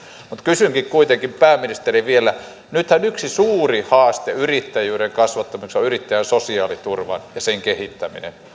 mutta kysyn kuitenkin pääministeri vielä nythän yksi suuri haaste yrittäjyyden kasvattamiseksi on yrittäjän sosiaaliturva ja sen kehittäminen